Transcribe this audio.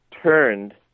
turned